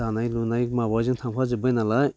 दानाय लुनाय माबाजों थांफाजोबबाय नालाय